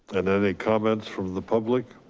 and any comments from the public?